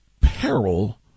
peril